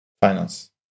finance